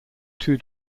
two